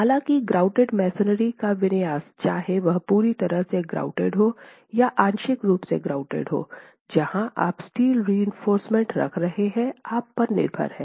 हालाँकि grouted masonry का विन्यास चाहे वह पूरी तरह से grouted हो या आंशिक रूप से ग्राउटेड हो जहां आप स्टील रिइंफोर्समेन्ट रख रहे हैं आप पर निर्भर है